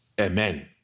Amen